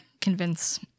convince